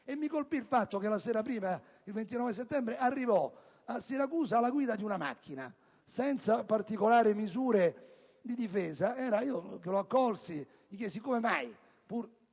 Mi colpì il fatto che la sera prima, il 29 settembre, arrivò a Siracusa alla guida di una macchina senza particolari misure di difesa. Lo accolsi e gliene chiesi la